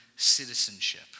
citizenship